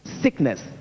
Sickness